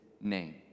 name